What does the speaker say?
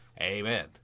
Amen